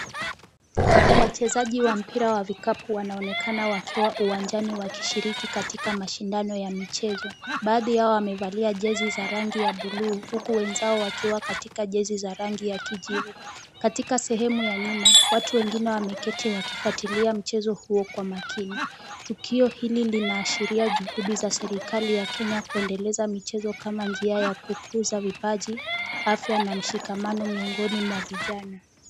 Wachezaji wa mpira wa vikapu wanaonekana wakiwa uwanjani wakishiriki katika mashindano ya michezo. Baadhi yao wamevalia jezi za rangi ya bluu huku wenzao wakiwa katika jezi za rangi ya kijivu. Katika sehemu ya nyuma watu wengine wameketi wakifuatilia mchezo huo kwa makini, tukio hili linaashiria juhudi za serikali ya Kenya kuendeleza michezo kama njia ya kukuza vipaji, afya na mshikamano miongoni mwa vijana.